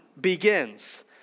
begins